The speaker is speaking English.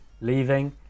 leaving